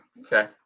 Okay